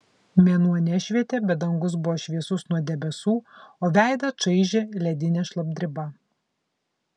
mėnuo nešvietė bet dangus buvo šviesus nuo debesų o veidą čaižė ledinė šlapdriba